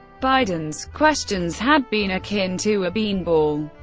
biden's questions had been akin to a beanball.